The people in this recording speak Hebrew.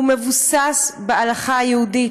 והוא מבוסס בהלכה היהודית.